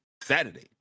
Saturday